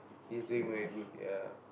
he's doing very good ya